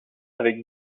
avec